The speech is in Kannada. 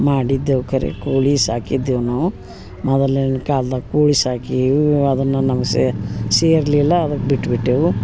ಮಾಡಿದೆವು ಕರೆ ಕೋಳಿ ಸಾಕಿದೆವು ನಾವು ಮೊದಲಿನ ಕಾಲ್ದಾಗ ಕೋಳಿ ಸಾಕೀವಿ ಅದನ್ನ ನಮ್ಮ ಸೇರಲಿಲ್ಲ ಅದಕ್ಕೆ ಬಿಟ್ಬಿಟ್ಟೆವು